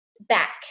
back